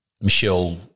Michelle